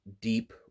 deep